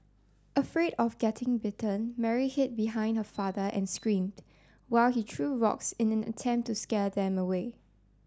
afraid of getting bitten Mary hid behind her father and screamed while he threw rocks in an attempt to scare them away